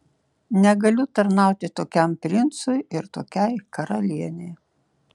negaliu tarnauti tokiam princui ir tokiai karalienei